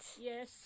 Yes